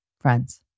friends